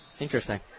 Interesting